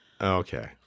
Okay